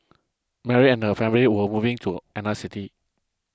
Mary and her family were moving to another city